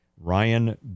Ryan